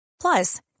Plus